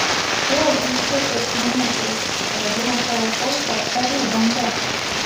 oi teisus eksministras pavadinęs savo tautą avių banda